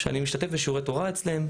שאני משתתף בשיעורי תורה אצלם,